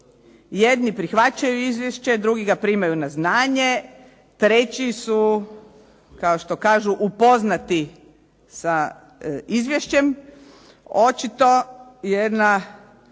Jedni prihvaćaju izvješće, drugi ga primaju na znanje, treći su kao što kažu upoznati sa izvješćem. Očito jedna